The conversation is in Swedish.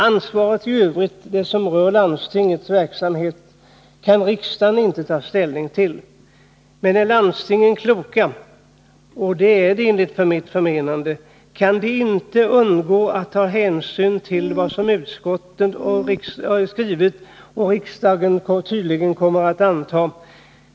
Ansvaret i övrigt — det som rör landstingens verksamhet — kan riksdagen inte ta ställning till. Men är landstingen kloka — och det är de enligt mitt förmenande — kan de inte undgå att ta hänsyn till vad utskottet skrivit och riksdagen tydligen kommer att anta.